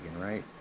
right